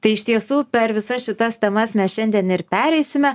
tai iš tiesų per visas šitas temas mes šiandien ir pereisime